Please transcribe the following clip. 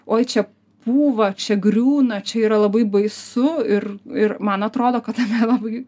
uoi čia pūva čia griūna čia yra labai baisu ir ir man atrodo kad tame labai